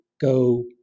go